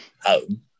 home